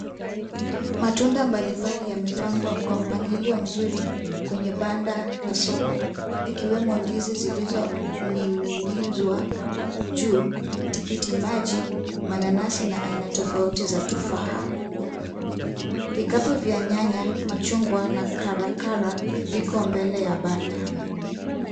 Matunda mbalimbali yamepangwa kwa mpangilio mzuri kwenye banda la soko ikiwemo ndizi zilizoning'inizwa juu, tikitiki maji, mananasi na aina tofauti za tufaha. Vikapu vya nyanya machungwa na karakara viko mbele ya banda.